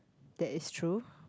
that is true